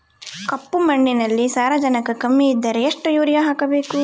ಕಪ್ಪು ಮಣ್ಣಿನಲ್ಲಿ ಸಾರಜನಕ ಕಮ್ಮಿ ಇದ್ದರೆ ಎಷ್ಟು ಯೂರಿಯಾ ಹಾಕಬೇಕು?